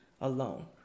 alone